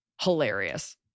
hilarious